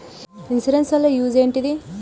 Insurance వాళ్ల use ఏంటిది?